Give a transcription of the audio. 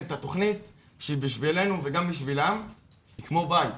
את התוכנית שהיא בשבילנו וגם בשבילם כמו בית.